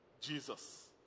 Jesus